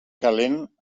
calent